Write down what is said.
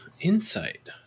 Insight